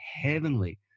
heavenly